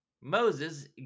Moses